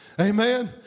Amen